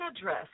address